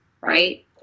Right